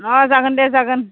अ जागोन दे जागोन